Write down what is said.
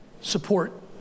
support